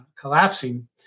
collapsing